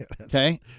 Okay